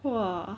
!wah!